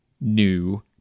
new